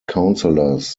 counselors